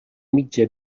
mitja